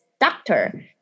Doctor